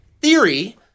theory